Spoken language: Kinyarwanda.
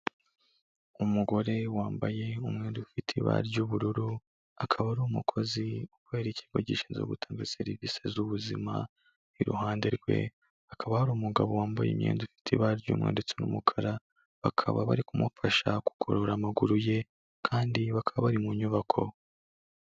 Umugore wambaye umwenda ufite ibara ry'ubururu, akaba ari umukozi ukorera ikigo gishinzwe gutanga serivisi zubuzima, iruhande rwe hakaba hari umugabo wambaye imyenda ifite ibara ry'umweru ndetse n'umukara, bakaba bari kumufasha kugorora amaguruye kandi bakaba bari mu nyubako.